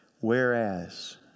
Whereas